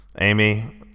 Amy